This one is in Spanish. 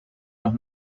los